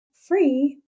free